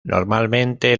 normalmente